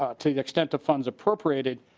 ah to the extent of funds appropriated